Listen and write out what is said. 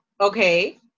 okay